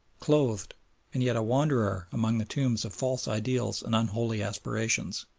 clothed and yet a wanderer among the tombs of false ideals and unholy aspirations.